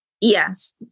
Yes